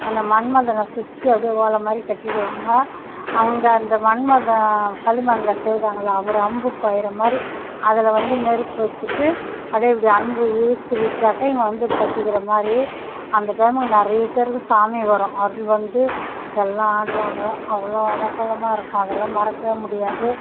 அந்த மன்மதனை சுற்றி அப்படியே ஓலை மாதிரி கட்டிடுவாங்க அங்கே அந்த மன்மதன் களிமணில் செய்தாங்கள்ல அவர் அம்பு பாயிற மாதிரி அதில் வந்து நெருப்பு வெச்சுட்டு அதே இப்படி அம்பு இழுத்துவிட்டாக்க இங்கே வந்து பத்திக்கிற மாதிரி அந்த டைமு நிறைய பேருக்கு சாமி வரும் அருள் வந்து எல்லாம் ஆடுவாங்க அவ்வளோ அமர்க்களமாக இருக்கும் அதெல்லாம் மறக்கவே முடியாது